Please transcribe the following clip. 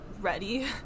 ready